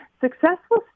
Successful